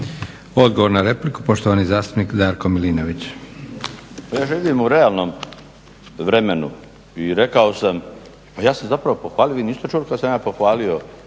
Odgovor na repliku, poštovani zastupnik Darko Milinović. **Milinović, Darko (HDZ)** Ja živim u realnom vremenu i rekao sam, pa ja sam zapravo pohvalio, vi niste čuli kad sam ja pohvalio,